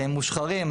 מושחרים,